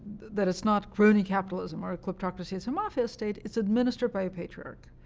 that it's not crony capitalism or a kleptocracy it's a mafia state. it's administered by a patriarch,